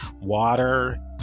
water